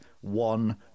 one